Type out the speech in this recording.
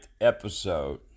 episode